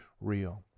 real